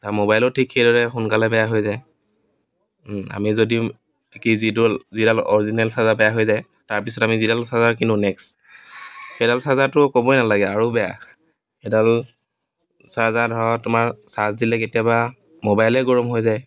মোবাইলো ঠিক সোনকালে বেয়া হৈ যায় আমি যদি কি যিডোল যিডাল অৰিজিলেন চাৰ্জাৰ বেয়া হৈ যায় তাৰপিছত আমি যিডাল চাৰ্জাৰ কিনো নেক্সট সেইডাল চাৰ্জাৰতো ক'বই নালাগে আৰু বেয়া সেইডাল চাৰ্জাৰ ধৰা তোমাৰ চাৰ্জ দিলে কেতিয়াবা মোবাইলে গৰম হৈ যায়